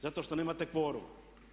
Zato što nemate kvorum.